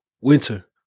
Winter